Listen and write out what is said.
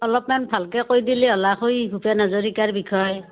অলপমান ভালকৈ কৈ দিলে হ'লে হয় ভূপেন হাজৰিকাৰ বিষয়ে